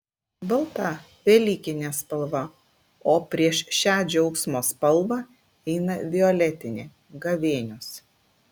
balta velykinė spalva o prieš šią džiaugsmo spalvą eina violetinė gavėnios